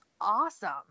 awesome